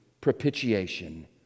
propitiation